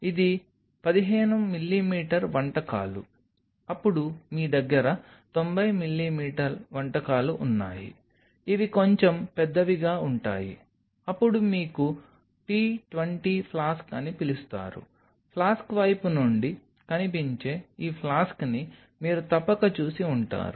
ఇది 15 mm వంటకాలు అప్పుడు మీ దగ్గర 90 mm వంటకాలు ఉన్నాయి ఇవి కొంచెం పెద్దవిగా ఉంటాయి అప్పుడు మీకు T 20 ఫ్లాస్క్ అని పిలుస్తారు ఫ్లాస్క్ వైపు నుండి కనిపించే ఈ ఫ్లాస్క్ని మీరు తప్పక చూసి ఉంటారు